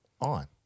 on